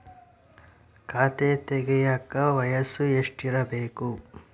ಖಾತೆ ತೆಗೆಯಕ ವಯಸ್ಸು ಎಷ್ಟಿರಬೇಕು?